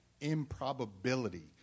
improbability